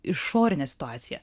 išorinė situacija